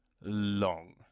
long